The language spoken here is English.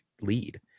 lead